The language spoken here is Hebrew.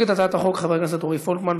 יציג את הצעת החוק חבר הכנסת רועי פולקמן,